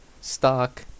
stock